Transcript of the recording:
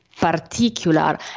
particular